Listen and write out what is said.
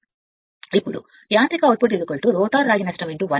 ఇప్పుడు యాంత్రిక output rotor రాగి నష్టం 1 చూసిన S S